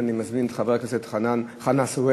אני מזמין את חבר הכנסת חנא סוייד